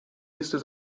minister